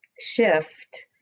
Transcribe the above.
shift